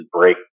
break